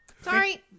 Sorry